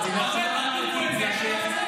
אבל זה מה שיקרה.